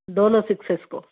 Dolo six వేసుకో